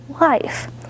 life